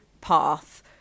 path